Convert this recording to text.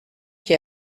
qui